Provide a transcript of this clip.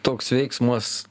toks veiksmas